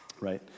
Right